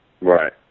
Right